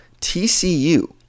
TCU